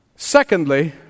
Secondly